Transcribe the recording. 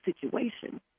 situation